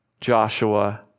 Joshua